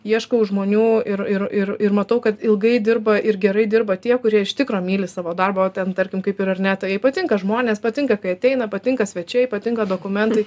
ieškau žmonių ir ir ir ir matau kad ilgai dirba ir gerai dirba tie kurie iš tikro myli savo darbą o ten tarkim kaip ir arneta jai patinka žmonės patinka kai ateina patinka svečiai patinka dokumentai